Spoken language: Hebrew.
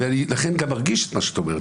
אנחנו נבחרי הציבור.